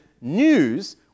news